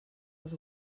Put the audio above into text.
els